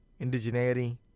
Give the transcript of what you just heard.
indigeneity